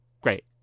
Great